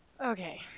okay